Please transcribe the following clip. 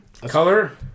Color